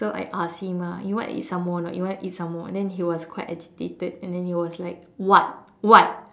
so I asked him ah you want eat some more or not you want eat some more then he was quite agitated and then he was like what what